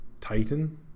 Titan